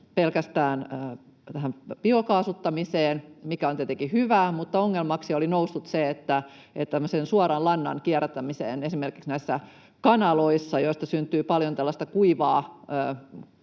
pelkästään biokaasuttamiseen, mikä on tietenkin hyvä, mutta ongelmaksi oli noussut se, että tämmöiseen suoran lannan kierrättämiseen esimerkiksi näissä kanaloissa, joista syntyy paljon kuivaa